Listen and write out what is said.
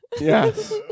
Yes